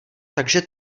takže